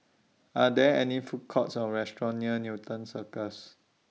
Are There any Food Courts Or restaurants near Newton Cirus